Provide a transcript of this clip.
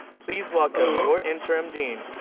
please welcome your interim dean,